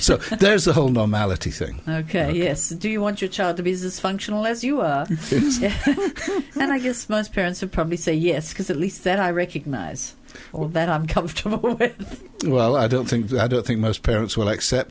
so there's a whole normality thing ok yes do you want your child to be dysfunctional as you were and i guess most parents would probably say yes because at least that i recognize that i'm comfortable well i don't think i don't think most parents will accept